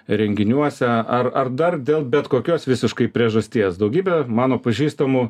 renginiuose ar ar dar dėl bet kokios visiškai priežasties daugybė mano pažįstamų